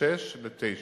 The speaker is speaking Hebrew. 06:00 ל-09:00.